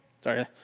Sorry